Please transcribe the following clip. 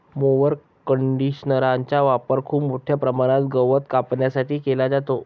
mower कंडिशनरचा वापर खूप मोठ्या प्रमाणात गवत कापण्यासाठी केला जातो